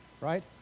right